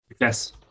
Yes